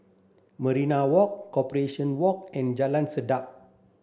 Maria Walk Corporation Walk and Jalan Sedap